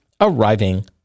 arriving